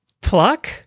Pluck